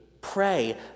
Pray